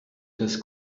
his